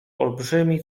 olbrzymi